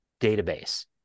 database